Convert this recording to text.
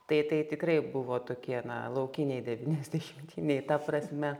tai tai tikrai buvo tokie na laukiniai devyniasdešimtiniai ta prasme